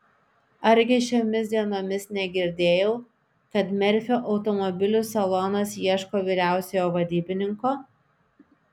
argi šiomis dienomis negirdėjau kad merfio automobilių salonas ieško vyriausiojo vadybininko